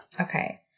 okay